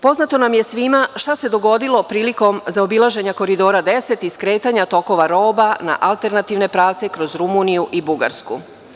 Poznato nam je svima šta se dogodilo prilikom zaobilaženja Koridora 10 i skretanja tokova roba na alternativne pravce kroz Rumuniju i Bugarsku.